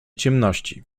ciemności